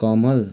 कमल